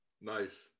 Nice